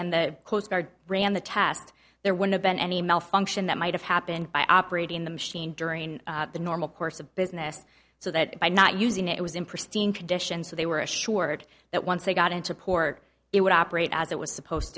and the coast guard ran the test there would have been any malfunction that might have happened by operating the machine during the normal course of business so that by not using it was in pristine condition so they were assured that once they got into port it would operate as it was supposed to